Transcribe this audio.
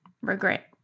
regret